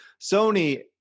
Sony